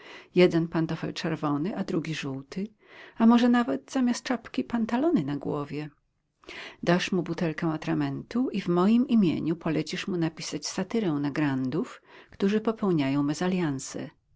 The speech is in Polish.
jeden pantofel czerwony a drugi żółty a może nawet zamiast czapki pantalony na głowie dasz mu butelkę atramentu i w moim imieniu polecisz mu napisać satyrę na grandów którzy popełniają mezalianse